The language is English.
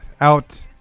out